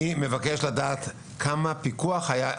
אני מבקש לדעת כמה פיקוח היה.